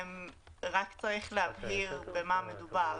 צריך להבהיר במה מדובר.